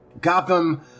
Gotham